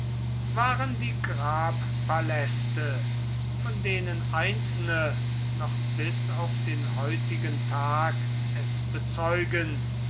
waren die grabpaläste von denen einzelne noch bis auf den heutigen tag es bezeugen